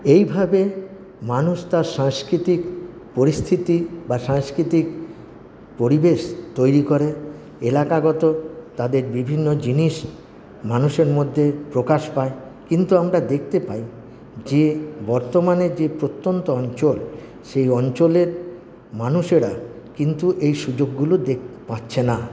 এইভাবে মানুষ তার সাংস্কৃতিক পরিস্থিতি বা সাংস্কৃতিক পরিবেশ তৈরি করে এলাকাগত তাদের বিভিন্ন জিনিস মানুষের মধ্যে প্রকাশ পায় কিন্তু আমরা দেখতে পাই যে বর্তমানে যে প্রত্যন্ত অঞ্চল সেই অঞ্চলের মানুষেরা কিন্তু এই সুযোগগুলো দেখ পাচ্ছে না